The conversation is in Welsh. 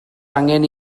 angen